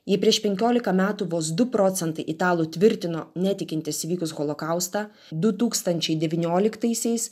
ji prieš penkiolika metų vos du procentai italų tvirtino netikintys įvykus holokaustą du tūkstančiai devynioliktaisiais